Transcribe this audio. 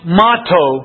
motto